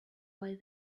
why